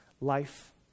life